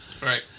Right